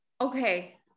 okay